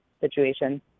situation